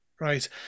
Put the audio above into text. right